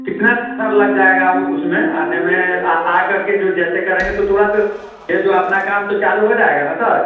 कितना सर लग जाएगा उसमें आने में आ करके के जो जैसे करेंगे तो तुरंत जो अपना काम तो चालू हो जाएगा ना सर